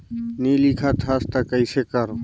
नी लिखत हस ता कइसे करू?